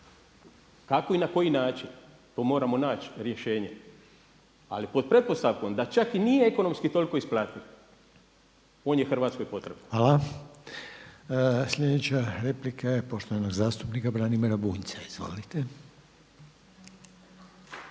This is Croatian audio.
Kako i na koji način, to moramo naći rješenje ali pod pretpostavkom da čak i nije ekonomski toliko isplativo, on je Hrvatskoj potreban. **Reiner, Željko (HDZ)** Hvala. Sljedeća replika je poštovanog zastupnika Branimira Bunjca. Izvolite.